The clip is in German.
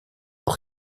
noch